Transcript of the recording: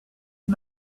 you